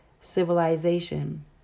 civilization